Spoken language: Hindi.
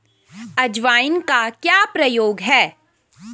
अजवाइन का क्या प्रयोग है?